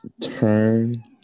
Turn